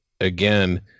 again